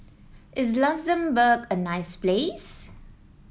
is Luxembourg a nice place